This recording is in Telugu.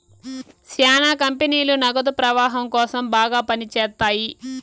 శ్యానా కంపెనీలు నగదు ప్రవాహం కోసం బాగా పని చేత్తాయి